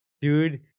Dude